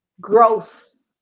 growth